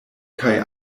kaj